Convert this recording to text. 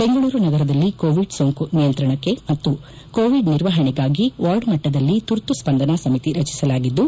ಬೆಂಗಳೂರು ನಗರದಲ್ಲಿ ಕೋವಿಡ್ ಸೋಂಕು ನಿಯಂತ್ರಣಕ್ಕೆ ಮತ್ತು ಕೋವಿಡ್ ನಿರ್ವಹಣೆಗಾಗಿ ವಾರ್ಡ್ ಮಟ್ಟದಲ್ಲಿ ತುರ್ತು ಸ್ಪಂದನಾ ಸಮಿತಿ ರಚಿಸಲಾಗಿದ್ದು